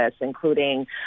including